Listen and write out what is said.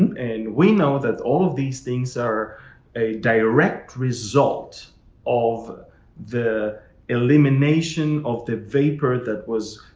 and we know that all of these things are a direct result of the elimination of the vapor that was